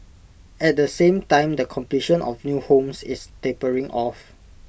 at the same time the completion of new homes is tapering off